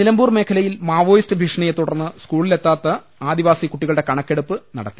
നിലമ്പൂർ മേഖലയിൽ മാവോയിസ്റ്റ് ഭീഷണിയെ തുടർന്ന് സ്കൂളിലെത്താത്ത ആദിവാസി കുട്ടികളുടെ കണക്കെടുപ്പ് നട ത്തി